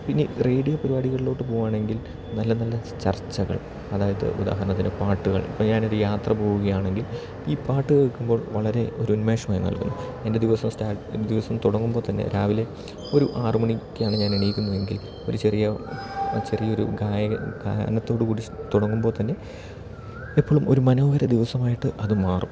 പിന്നെ റേഡിയോ പരുപാടികളിലോട്ട് പോവാണെങ്കിൽ നല്ല നല്ല ചർച്ചകൾ അതായത് ഉദാഹരണത്തിന് പാട്ടുകൾ ഇപ്പം ഞാൻ ഒരു യാത്ര പോവുകയാണെങ്കിൽ ഈ പാട്ട് കേൾക്കുമ്പോൾ വളരെ ഒരു ഉന്മേഷമായി നൽകുന്നു എൻ്റെ ദിവസം സ്റ്റാ എന് ദിവസം തുടങ്ങുമ്പോൾ തന്നെ രാവിലെ ഒരു ആറ് മണിക്കാണ് ഞാൻ എണീക്കുന്നത് എങ്കിൽ ഒരു ചെറിയ ചെറിയ ഒരു ഗായക ഗാനത്തോടുകൂടി സ് തുടങ്ങുമ്പോൾ തന്നെ എപ്പോഴും ഒരു മനോഹര ദിവസമായിട്ട് അത് മാറും